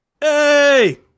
hey